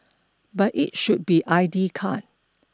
but it should be I D card